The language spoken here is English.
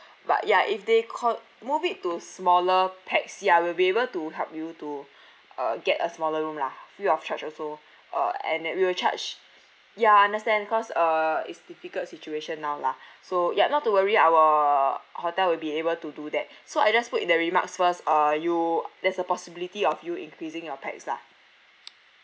but ya if they called move it to smaller pax ya we will be able to help you to uh get a smaller room lah free of charge also uh and that we will charge ya understand cause uh it's difficult situation now lah so ya not to worry our hotel will be able to do that so I just put in the remarks first uh you there's a possibility of you increasing your pax lah